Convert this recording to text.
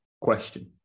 question